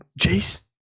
Jace